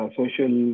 social